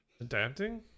Adapting